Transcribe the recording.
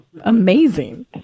amazing